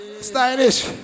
Stylish